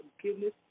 forgiveness